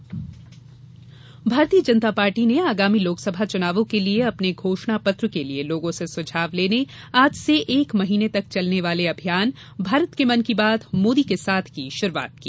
भाजपा अभियान भारतीय जनता पार्टी ने आगामी लोकसभा चुनावों के लिए अपने घोषणा पत्र के लिए लोगों से सुझाव लेने आज से एक महीने तक चलने वाले अभियान भारत के मन की बात मोदी के साथ की शुरूआत की